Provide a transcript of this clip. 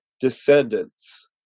descendants